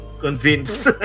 convinced